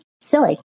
silly